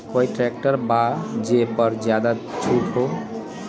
कोइ ट्रैक्टर बा जे पर ज्यादा छूट हो?